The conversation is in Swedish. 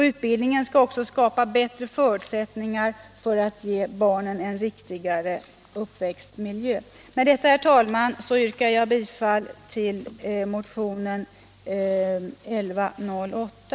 Utbildningen skall också skapa bättre förutsättningar för att ge barnen en riktigare uppväxtmiljö. Med detta, herr talman, yrkar jag bifall till motionen 1108.